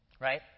Right